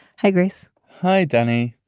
hi, grace hi, danny.